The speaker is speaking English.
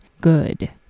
good